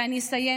ואני אסיים,